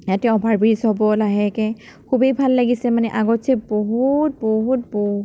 ইয়াতে অভাৰব্ৰিজ হ'ব লাহেকৈ খুবেই ভাল লাগিছে মানে আগতকৈ বহুত বহুত বহুত